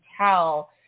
tell